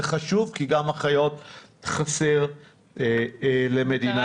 זה חשוב כי גם אחיות חסר למדינת ישראל.